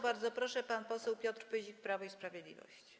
Bardzo proszę, pan poseł Piotr Pyzik, Prawo i Sprawiedliwość.